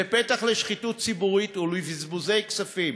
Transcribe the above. זה פתח לשחיתות ציבורית ולבזבוזי כספים,